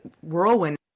whirlwind